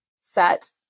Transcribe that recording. set